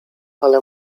ale